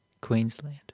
Queensland